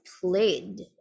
played